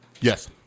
Yes